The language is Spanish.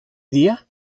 día